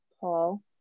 Paul